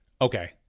Okay